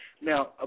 Now